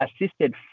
assisted